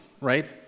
right